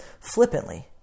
flippantly